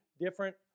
different